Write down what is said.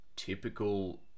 typical